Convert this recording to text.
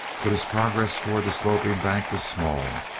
but his progress towards the sloping bank was small.